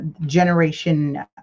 Generation